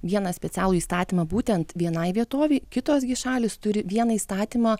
vieną specialų įstatymą būtent vienai vietovei kitos gi šalys turi vieną įstatymą